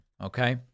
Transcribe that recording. Okay